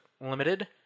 Limited